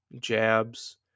jabs